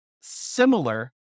similar